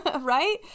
right